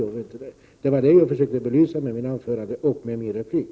Det var vad jag försökte få fram i mitt anförande och i min replik.